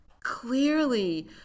clearly